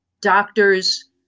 doctors